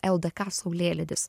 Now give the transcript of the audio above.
ldk saulėlydis